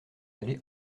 d’aller